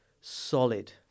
solid